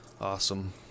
Awesome